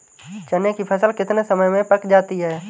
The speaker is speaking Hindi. चने की फसल कितने समय में पक जाती है?